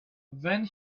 then